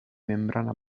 membrana